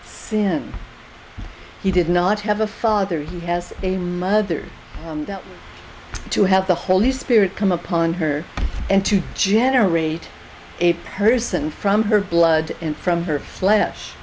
sin he did not have a father he has a mother to have the holy spirit come upon her and to generate a person from her blood from her flesh